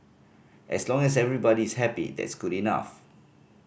as long as everybody is happy that's good enough